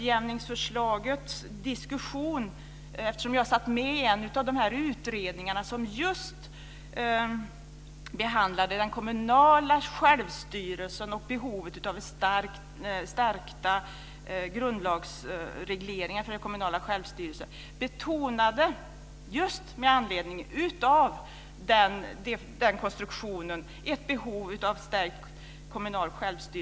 Jag satt med i en av de utredningar som behandlade den kommunala självstyrelsen och behovet av stärkta grundlagsregleringar för den kommunala självstyrelsen, och där betonades ett behov av stärkt kommunal självstyrelse, just med anledning av den konstruktionen.